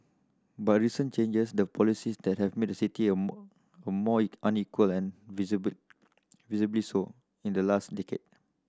but recent changes the policy that have made the city a a more unequal and visibly so in the last decade